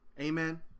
Amen